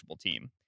team